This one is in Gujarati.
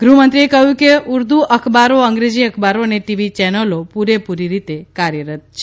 ગૃહમંત્રીએ કહ્યું કે ઉર્દુ અખબારી અંગ્રેજી અખબારો અને ટીવી ચેનલો પૂરેપૂરી રીતે કાર્યરત છે